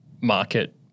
market